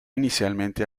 inicialmente